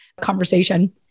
conversation